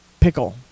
pickle